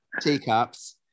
teacups